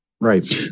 Right